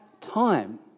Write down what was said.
time